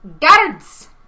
Guards